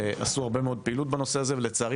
עשו הרבה מאוד פעילות בנושא הזה ולצערי